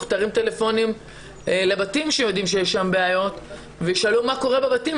תרים טלפונים לבתים שיודעים שיש שם בעיות וישאלו מה קורה בבתים,